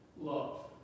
love